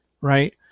Right